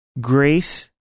grace